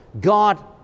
God